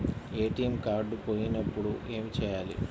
ATM card పోయినప్పుడు ఏమి చేయాలి?